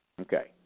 Okay